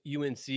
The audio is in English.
UNC